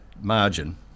margin